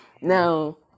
Now